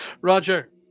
Roger